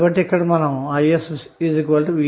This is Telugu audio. కాబట్టి v s R isc అని చెప్పవచ్చు